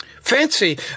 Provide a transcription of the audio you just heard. Fancy